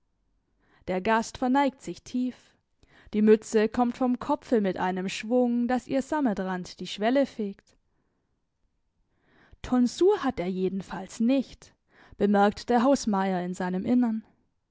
der gast verneigt sich tief die mütze kommt vom kopfe mit einem schwung daß ihr sammetrand die schwelle fegt tonsur hat er jedenfalls nicht bemerkt der hausmeier in seinem innern